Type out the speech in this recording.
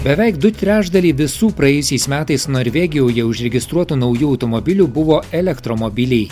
beveik du trečdaliai visų praėjusiais metais norvegijoje užregistruotų naujų automobilių buvo elektromobiliai